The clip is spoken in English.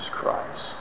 Christ